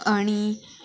आणि